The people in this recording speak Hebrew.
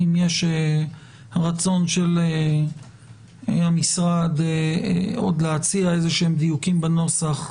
אם יש רצון של המשרד עוד להציע איזשהם דיוקים בנוסח,